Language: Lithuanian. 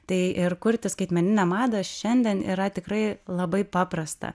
tai ir kurti skaitmeninę madą šiandien yra tikrai labai paprasta